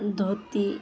dhoti